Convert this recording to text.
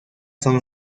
son